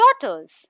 daughters